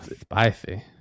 spicy